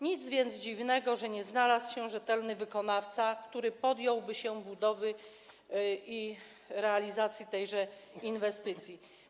Nic więc dziwnego, że nie znalazł się rzetelny wykonawca, który podjąłby się budowy, realizacji tejże inwestycji.